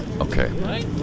Okay